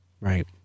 Right